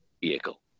vehicle